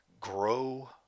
grow